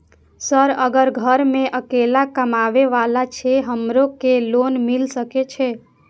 Sir अगर घर में अकेला कमबे वाला छे हमरो के लोन मिल सके छे?